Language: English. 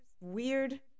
weird